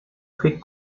quick